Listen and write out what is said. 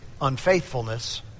unfaithfulness